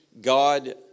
God